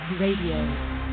Radio